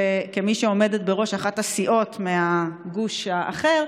כמי שעומדת בראש אחת הסיעות מהגוש האחר,